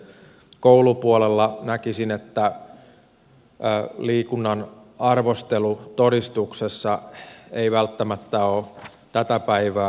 koulupuolella näkisin että liikunnan arvostelu todistuksessa ei välttämättä ole tätä päivää